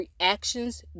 Reactions